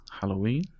Halloween